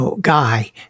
guy